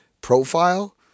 profile